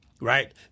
right